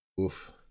Oof